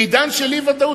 בעידן של אי-ודאות.